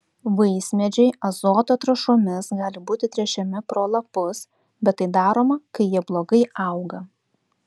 vaismedžiai azoto trąšomis gali būti tręšiami pro lapus bet tai daroma kai jie blogai auga